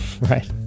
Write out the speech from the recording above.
right